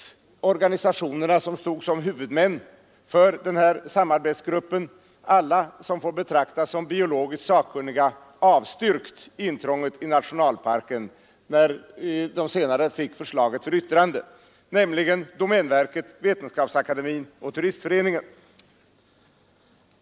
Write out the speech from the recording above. organisationer som stod som huvudmän för denna arbetsgrupp alla biologiskt sakkunniga avstyrkt intrånget i nationalparken när de senare fick förslaget för yttrande, nämligen domänverket, Vetenskapsakademien och Svenska turistföreningen.